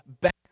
back